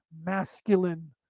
masculine